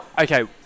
Okay